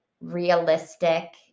realistic